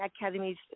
academies